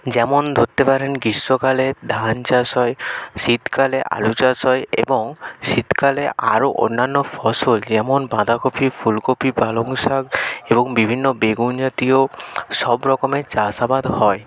যেমন ধরতে পারেন গ্রীষ্মকালে ধান চাষ হয় শীতকালে আলু চাষ হয় এবং শীতকালে আরও অন্যান্য ফসল যেমন বাঁধাকপি ফুলকপি পালং শাক এবং বিভিন্ন বেগুন জাতীয় সব রকমের চাষ আবাদ হয়